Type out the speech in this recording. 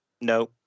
No